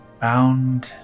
bound